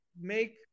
make